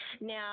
now